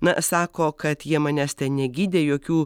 na sako kad jie manęs ten negydė jokių